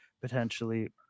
potentially